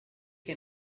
che